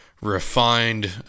refined